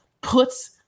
puts